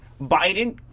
Biden